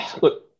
Look